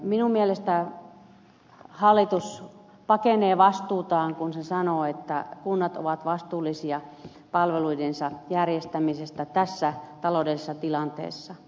minun mielestäni hallitus pakenee vastuutaan kun se sanoo että kunnat ovat vastuullisia palveluidensa järjestämisestä tässä taloudellisessa tilanteessa